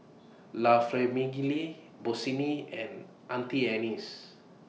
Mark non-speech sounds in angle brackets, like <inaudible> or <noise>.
<noise> La Famiglia Bossini and Auntie Anne's